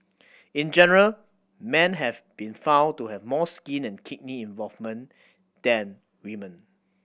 in general men have been found to have more skin and kidney involvement than women